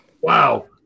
Wow